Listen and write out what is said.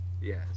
Yes